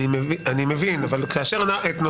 אני מבין, אבל את נושא